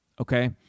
Okay